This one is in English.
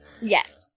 Yes